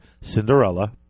Cinderella